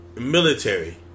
military